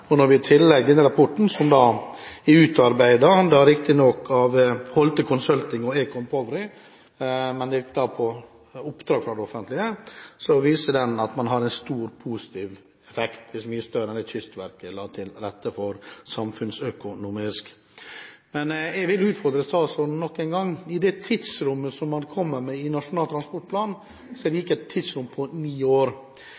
og når i tillegg denne rapporten, som riktignok er utarbeidet av Holte Consulting og Econ Pöyry – men da ikke på oppdrag fra det offentlige – viser en stor positiv effekt samfunnsøkonomisk, mye større enn den Kystverket la til rette for. Men jeg vil utfordre statsråden nok en gang. Det tidsrommet som man kommer med i Nasjonal transportplan,